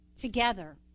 together